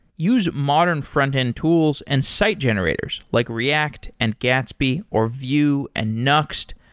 use modern frontend tools and site generators, like react, and gatsby, or vue, and nuxt.